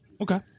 okay